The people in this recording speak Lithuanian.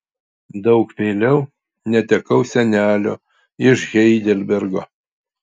daug vėliau netekau senelio iš heidelbergo